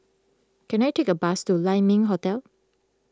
can I take a bus to Lai Ming Hotel